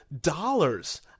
dollars